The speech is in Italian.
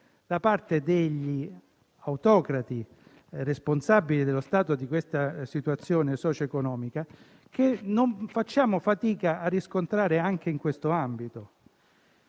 da parte degli autocrati responsabili della situazione socio-economica, che non facciamo fatica a riscontrare anche in questo ambito.